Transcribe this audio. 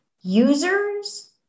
users